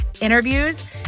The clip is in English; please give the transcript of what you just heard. interviews